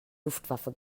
luftwaffe